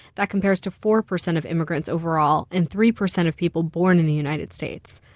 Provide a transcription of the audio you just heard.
that compares to four percent of immigrants overall and three percent of people born in the united states.